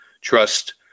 trust